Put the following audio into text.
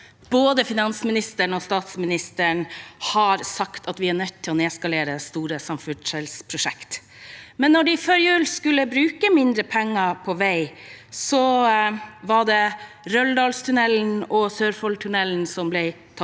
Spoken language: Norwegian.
Både finansmi- nisteren og statsministeren har sagt at vi er nødt til å nedskalere store samferdselsprosjekt, men da de før jul skulle bruke mindre penger på vei, var det Røldalstunnelen og Sørfoldtunnelene som ble tatt